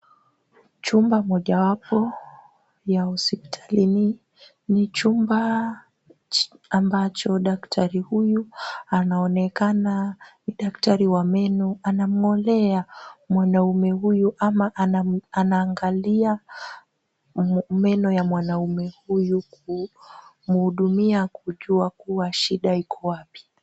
Chumba mojawapo ya hospitalini ni chumba ambacho daktari huyu anaonekana ni daktari wa meno anamng'olea mwanaume huyu ama anaangalia meno ya mwanamme huyu kumhudumia kujua kuwa shida iko wapi.